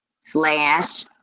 slash